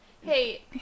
Hey